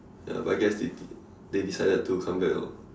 ya but I guess they did they decided to come back lor